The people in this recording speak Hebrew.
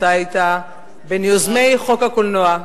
אתה היית בין יוזמי חוק הקולנוע,